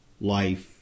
life